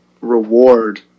reward